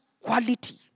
quality